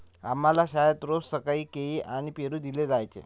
आम्हाला शाळेत रोज सकाळी केळी आणि पेरू दिले जायचे